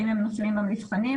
האם הם נופלים במבחנים,